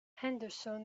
henderson